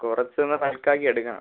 കുറച്ചൊന്ന് ഹൾക്കാക്കി എടുക്കണം